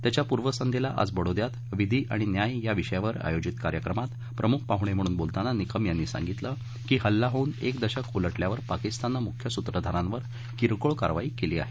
त्याच्या पूर्वसंघ्येला आज बडोद्यात विधि आणि न्याय या विषयावर आयोजित कार्यक्रमात प्रमुख पाहुपे म्हणून बोलताना निकम यांनी सांगितलं की हल्ला होऊन कि दशक उलटल्यावर पाकिस्ताननं मुख्य सूत्रधारांवर किरकोळ कारवाई केली आहे